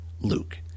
Luke